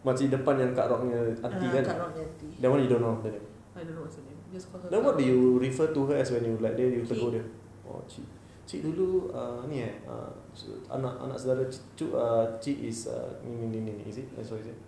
makcik depan yang kak rod punya aunty kan that one you don't know ah the name then what did you refer to her as when that day you like there tegur dia oh cik cik dulu err ini eh err anak anak saudara cu~ cik is ini ini ini ini is it eh sorry eh